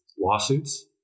lawsuits